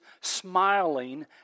smiling